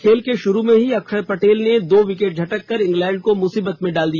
खेल के शुरू में ही अक्षर पटेल ने दो विकेट झटक कर इंग्लैंड को मुसीबत में डाल दिया